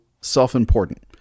self-important